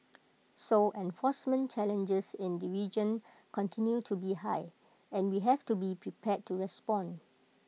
so enforcement challenges in the region continue to be high and we have to be prepared to respond